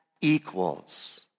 equals